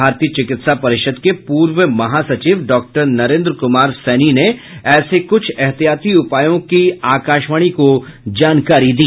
भारतीय चिकित्सा परिषद के पूर्व महासचिव डॉक्टर नरेंद्र कुमार सैनी ने ऐसे कुछ एहतियाती उपायों की आकाशवाणी को जानकारी दी